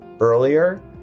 earlier